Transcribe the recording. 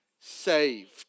saved